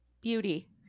beauty